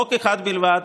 חוק אחד בלבד,